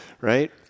right